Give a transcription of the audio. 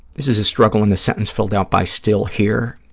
this is a struggle in a sentence filled out by still here,